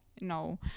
no